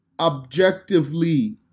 objectively